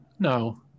No